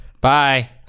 bye